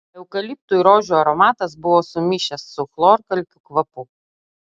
eukaliptų ir rožių aromatas buvo sumišęs su chlorkalkių kvapu